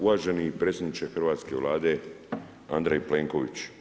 Uvaženi predsjedniče hrvatske Vlade, Andrej Plenković.